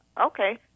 Okay